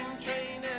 train